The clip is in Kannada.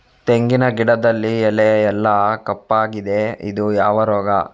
ತೆಂಗಿನ ಗಿಡದಲ್ಲಿ ಎಲೆ ಎಲ್ಲಾ ಕಪ್ಪಾಗಿದೆ ಇದು ಯಾವ ರೋಗ?